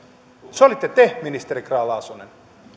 se olitte te ministeri grahn laasonen